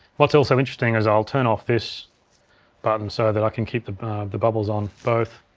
what's also interesting is i'll turn off this button so that i can keep the the bubbles on both